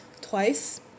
twice